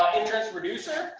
entrance reducer.